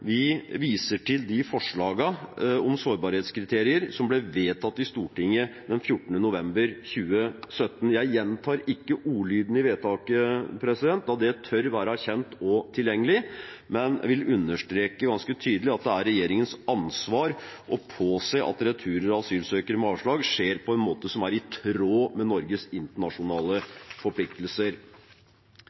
viser til de forslagene om sårbarhetskriterier som ble vedtatt i Stortinget den 14. november 2017. Jeg gjentar ikke ordlyden i vedtakene, da den tør være kjent og tilgjengelig, men vil understreke ganske tydelig at det er regjeringens ansvar å påse at returer av asylsøkere med avslag skjer på en måte som er i tråd med Norges internasjonale forpliktelser.